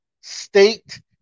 state